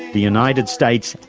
the united states,